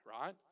right